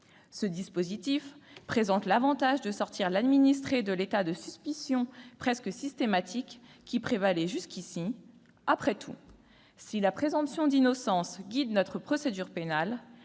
Ce dispositif présente l'avantage de sortir l'administré de l'état de suspicion presque systématique qui prévalait jusqu'ici : après tout, si la présomption d'innocence guide notre procédure pénale,